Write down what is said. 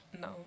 No